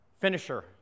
Finisher